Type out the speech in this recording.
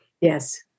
Yes